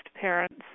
parents